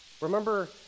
Remember